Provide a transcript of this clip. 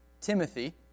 Timothy